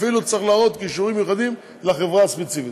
צריך להראות כישורים מיוחדים אפילו לחברה הספציפית.